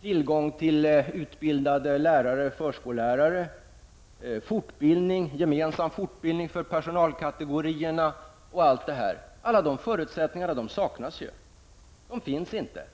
tillgång till utbildade lärare och förskollärare, gemensam fortbildning för personalkategorierna osv. saknas. De finns inte.